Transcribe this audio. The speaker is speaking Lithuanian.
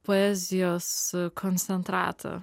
poezijos koncentratą